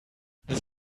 this